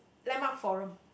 landmark forum